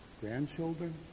Grandchildren